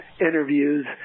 interviews